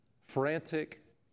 Frantic